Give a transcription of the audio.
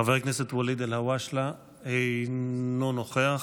חבר הכנסת ואליד אלהואשלה, אינו נוכח.